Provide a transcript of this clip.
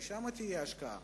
ששם תהיה ההשקעה.